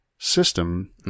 system